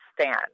stand